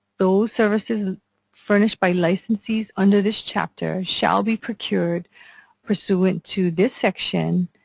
those services furnished by licensees under this chapter shall be procured pursuant to this section